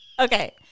Okay